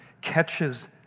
catches